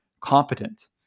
competent